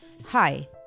Hi